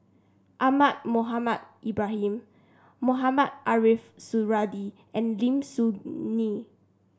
Ahmad Mohamed Ibrahim Mohamed Ariff Suradi and Lim Soo Ngee